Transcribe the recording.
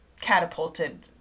catapulted